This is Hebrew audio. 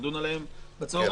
שנדון עליהן בצוהריים.